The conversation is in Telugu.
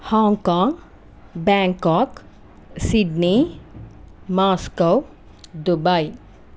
Hong Kong Bangkok Sydney Moscow Dubai